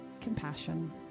compassion